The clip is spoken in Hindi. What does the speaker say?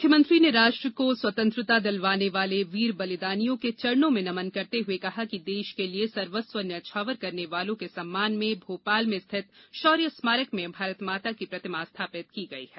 मुख्यमंत्री ने राष्ट्र को स्वतंत्रता दिलवाने वाले वीर बलिदानियों के चरणों में नमन करते हुए कहा कि देश के लिये सर्वस्व न्यौछावर करने वालों के सम्मान में भोपाल में स्थित शौर्य स्मारक में भारत माता की प्रतिमा स्थापित की गई है